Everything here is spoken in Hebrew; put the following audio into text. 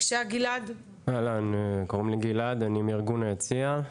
אהלן, אני מארגון "היציע".